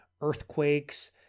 Earthquakes